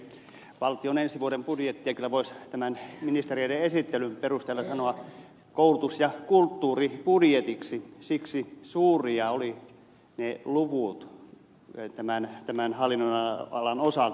valtion ensi vuoden budjettia kyllä voisi tämän ministereiden esittelyn perusteella sanoa koulutus ja kulttuuribudjetiksi siksi suuria olivat kasvuluvut tämän hallinnonalan osalta